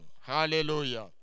Hallelujah